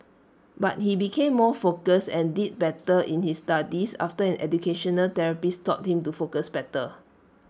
but he became more focused and did better in his studies after an educational therapist taught him to focus better